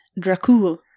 Dracul